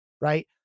right